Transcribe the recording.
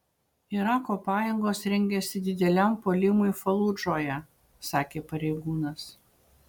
irako pajėgos rengiasi dideliam puolimui faludžoje sakė pareigūnas